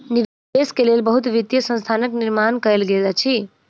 निवेश के लेल बहुत वित्तीय संस्थानक निर्माण कयल गेल अछि